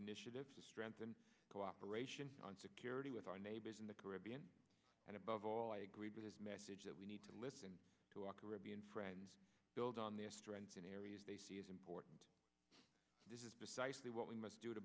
initiatives to strengthen cooperation on security with our neighbors in the caribbean and above all i agree with his message that we need to listen to our caribbean friends build on their strengths in areas they see as important this is precisely what we must do to